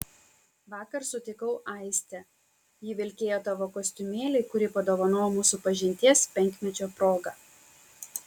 vakar sutikau aistę ji vilkėjo tavo kostiumėlį kurį padovanojau mūsų pažinties penkmečio proga